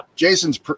Jason's